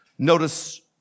Notice